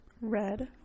Red